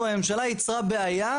בממשלה יצרה בעיה.